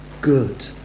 good